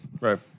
Right